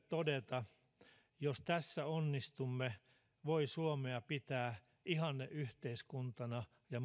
todeta jos tässä onnistumme voi suomea pitää ihanneyhteiskuntana ja